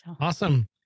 Awesome